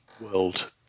world